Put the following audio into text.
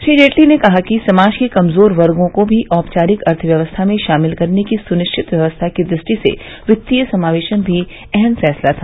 श्री जेटली ने कहा कि समाज के कमजोर वर्गो को भी औपचारिक अर्थव्यवस्था में शामिल करने की सुनिश्चित व्यवस्था की दृष्टि से वित्तीय समावेशन भी अहम फैसला था